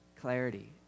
clarity